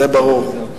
זה ברור.